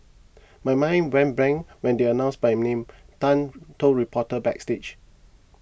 my mind went blank when they announced my name Tan told reporters backstage